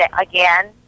again